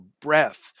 breath